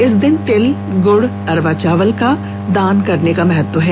इस दिन तिल गुड अरवा चावल आदि दान करने का महत्व है